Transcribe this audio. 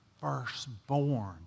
firstborn